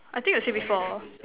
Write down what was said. I think you say before